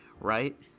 right